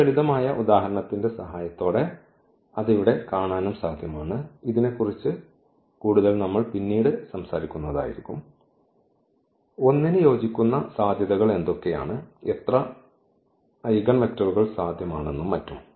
ഈ ലളിതമായ ഉദാഹരണത്തിന്റെ സഹായത്തോടെ അത് ഇവിടെ കാണാനും സാധ്യമാണ് ഇതിനെക്കുറിച്ച് കൂടുതൽ നമ്മൾ പിന്നീട് സംസാരിക്കുന്നത് ആയിരിക്കും 1 ന് യോജിക്കുന്ന സാധ്യതകൾ എന്തൊക്കെയാണ് എത്ര ഐഗൺവെക്റ്ററുകൾ സാധ്യമാണെന്നും മറ്റും